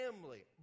family